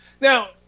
Now